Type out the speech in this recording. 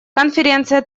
конференция